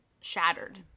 shattered